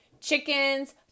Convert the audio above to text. Chickens